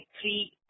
three